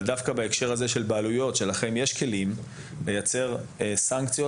אבל דווקא בהקשר הזה של הבעלויות יש כלים לייצר סנקציות,